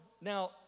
Now